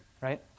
right